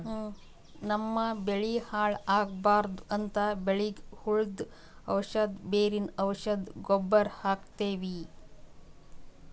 ನಮ್ಮ್ ಬೆಳಿ ಹಾಳ್ ಆಗ್ಬಾರ್ದು ಅಂತ್ ಬೆಳಿಗ್ ಹುಳ್ದು ಔಷಧ್, ಬೇರಿನ್ ಔಷಧ್, ಗೊಬ್ಬರ್ ಹಾಕ್ತಿವಿ